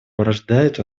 порождает